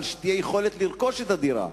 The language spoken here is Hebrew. אבל שתהיה יכולת לרכוש את הדירה.